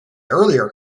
earlier